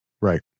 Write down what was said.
Right